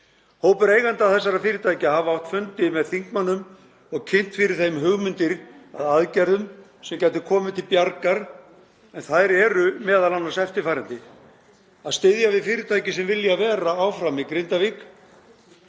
Hópur eiganda þessara fyrirtækja hefur átt fundi með þingmönnum og kynnt fyrir þeim hugmyndir að aðgerðum sem gætu komið til bjargar en þær eru m.a. eftirfarandi: Að styðja við fyrirtæki sem vilja vera áfram í Grindavík,